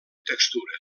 textura